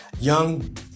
Young